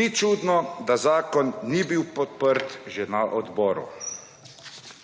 Ni čudno, da zakon ni bil podprt že na odboru.